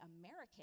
American